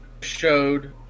showed